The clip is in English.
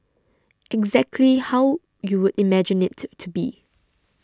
exactly how you would imagine it to be